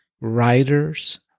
writers